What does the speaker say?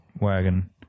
wagon